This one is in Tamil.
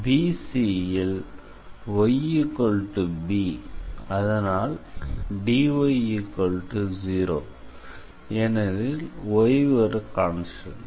BC ல் yb அதனால் dy0 ஏனெனில் y ஒரு கான்ஸ்டண்ட்